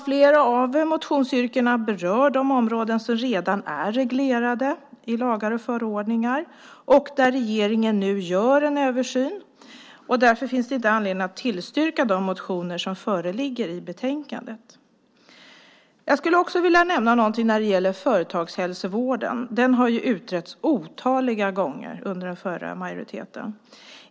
Flera av motionsyrkandena berör de områden som redan är reglerade i lagar och förordningar och där regeringen nu gör en översyn. Därför finns det inte anledning att tillstyrka de motioner som föreligger i betänkandet. Jag skulle också vilja nämna något om företagshälsovården. Den har utretts otaliga gånger under den förra majoriteten.